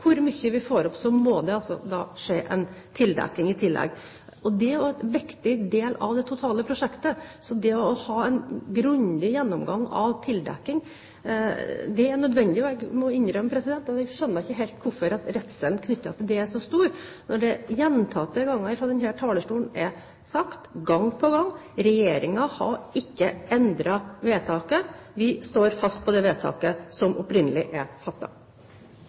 hvor mye vi får opp, må det skje en tildekking i tillegg. Det er også en viktig del av det totale prosjektet, så å ha en grundig gjennomgang med hensyn til tildekking er nødvendig. Jeg må innrømme at jeg ikke helt skjønner hvorfor redselen knyttet til dette er så stor, når det gjentatte ganger fra denne talerstolen er sagt at regjeringen ikke har endret vedtaket. Vi står fast på det vedtaket som opprinnelig er